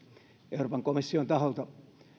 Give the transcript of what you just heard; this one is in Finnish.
euroopan komission taholta